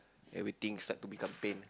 everything start to become pain